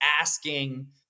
asking